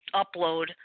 upload